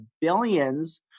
billions